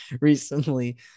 recently